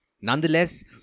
Nonetheless